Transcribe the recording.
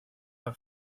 her